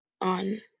on